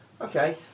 Okay